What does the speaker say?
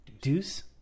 Deuce